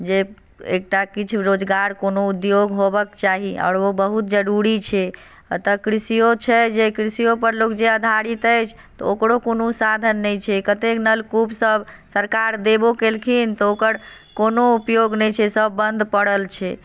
जे एकटा किछु रोजगार कोनो उद्योग होबयके चाही आओर ओ बहुत जरूरी छै एतय कृषिओ छै जे कृषिओपर लोग जे आधारित अछि तऽ ओकरो कोनो साधन नहि छै कतेक नल कूपसभ सरकार देबो केलखिन तऽ ओकर कोनो उपयोग नहि छै सभ बन्द पड़ल छै